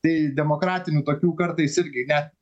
tai demokratinių tokių kartais irgi net